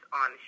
on